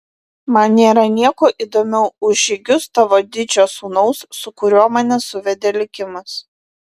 man nėra nieko įdomiau už žygius tavo didžio sūnaus su kuriuo mane suvedė likimas